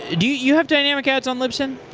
do you have dynamic ads on libsyn?